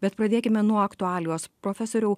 bet pradėkime nuo aktualijos profesoriau